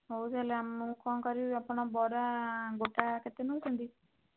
ହଉ ତା'ହେଲେ ମୁଁ କ'ଣ କରିବି ଆପଣ ବରା ଗୋଟା କେତେ ନେଉଛନ୍ତି